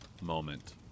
moment